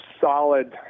solid